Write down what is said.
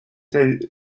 their